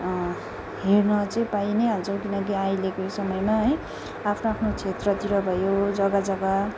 हेर्न चाहिँ पाई नै हाल्छौँ किनकि अहिलेको यो समयमा है आफ्नो आफ्नो क्षेत्रतिर भयो जग्गा जग्गा